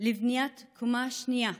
לבניית קומה השנייה,